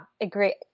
agree